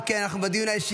אם כן, אנחנו בדיון האישי.